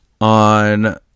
on